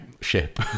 ship